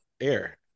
air